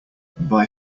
bye